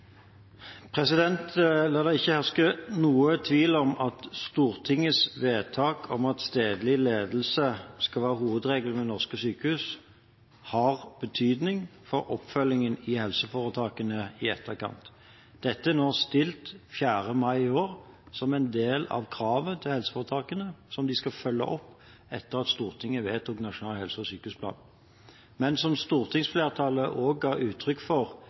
La det ikke herske noen tvil om at Stortingets vedtak om at stedlig ledelse skal være hovedregelen ved norske sykehus, har betydning for oppfølgingen i helseforetakene i etterkant. Dette er nå – 4. mai i år – stilt som en del av kravet til helseforetakene, som de skal følge opp, etter at Stortinget vedtok Nasjonal helse- og sykehusplan. Men som stortingsflertallet også ga uttrykk for